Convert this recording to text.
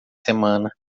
semana